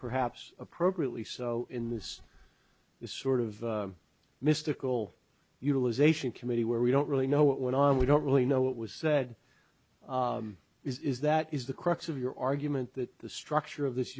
perhaps a program lee so in this the sort of mystical utilization committee where we don't really know what went on we don't really know what was said is that is the crux of your argument that the structure of this